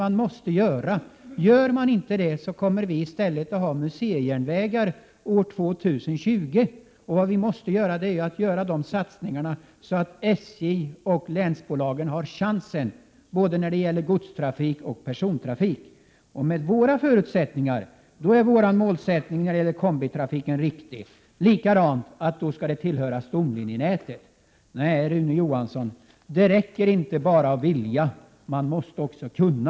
Om vi inte gör det kommer vi i stället ha museijärnvägar år 2020. Vi måste göra satsningar, så att SJ och länsbolagen har en chans när det gäller både godstrafiken och persontrafiken. Med våra förutsättningar är vår målsättning när det gäller kombitrafiken riktig. Detsamma gäller frågan om stomlinjenätet. Nej, Rune Johansson, det räcker inte bara med att vilja, man måste också kunna.